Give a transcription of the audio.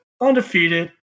undefeated